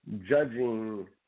judging